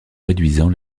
réduisant